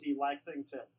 Lexington